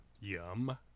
Yum